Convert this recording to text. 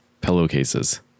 pillowcases